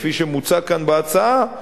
כפי שמוצע כאן בהצעה,